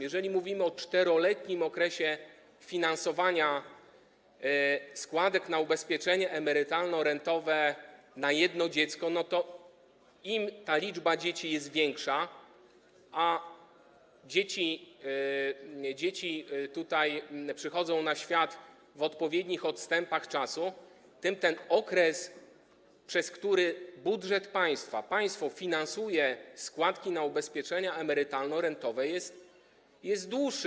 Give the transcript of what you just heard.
Jeżeli mówimy o czteroletnim okresie finansowania składek na ubezpieczenie emerytalno-rentowe przypadającym na jedno dziecko, to im ta liczba dzieci jest większa, a dzieci przychodzą na świat w odpowiednich odstępach czasu, tym ten okres, przez który budżet państwa, państwo finansuje składki na ubezpieczenia emerytalno-rentowe, jest dłuższy.